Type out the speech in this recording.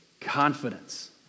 confidence